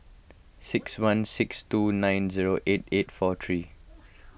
six one six two nine zero eight eight four three